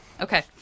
Okay